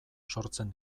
sortzen